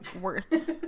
worth